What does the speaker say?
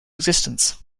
existence